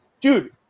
Dude